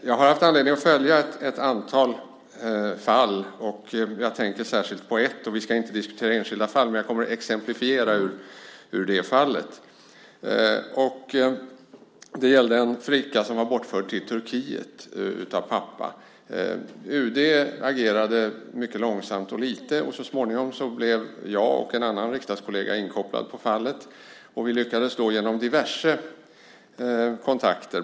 Jag har haft anledning att följa ett antal fall. Jag tänker särskilt på ett. Vi ska inte diskutera enskilda fall, men jag kommer att exemplifiera ur det fallet. Det gällde en flicka som blivit bortförd till Turkiet av pappan. UD agerade mycket långsamt och lite. Så småningom blev jag och en annan riksdagskollega inkopplade på fallet, och vi lyckades också nå resultat genom diverse kontakter.